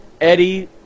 Eddie